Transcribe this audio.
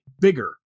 bigger